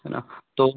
है ना तो